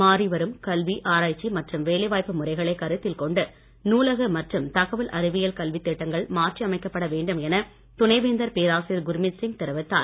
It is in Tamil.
மாறி வரும் கல்வி ஆராய்ச்சி மற்றும் வேலை வாய்ப்பு முறைகளை கருத்தில் கொண்டு நூலக மற்றும் தகவல் அறிவியல் கல்வித் திட்டங்கள் மாற்றி அமைக்கப்பட வேண்டும் என துணைவேந்தர் பேராசிரியர் குர்மித் சிங் தெரிவித்தார்